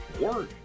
Word